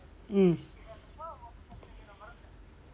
mm